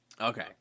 Okay